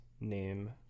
name